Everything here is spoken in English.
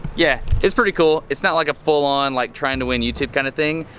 yeah, it's pretty cool it's not like a full-on like trying to win youtube kind of thing,